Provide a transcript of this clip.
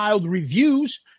reviews